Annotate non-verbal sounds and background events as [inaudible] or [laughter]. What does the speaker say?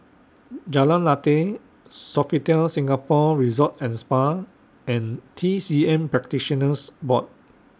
[hesitation] Jalan Lateh Sofitel Singapore Resort and Spa and T C M Practitioners Board